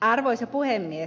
arvoisa puhemies